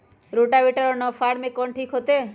Rotavator और नौ फ़ार में कौन ठीक होतै?